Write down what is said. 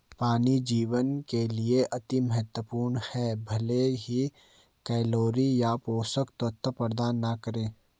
पानी जीवन के लिए अति महत्वपूर्ण है भले ही कैलोरी या पोषक तत्व प्रदान न करे